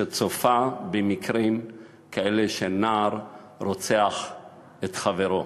שצופה במקרים כאלה שנער רוצח את חברו?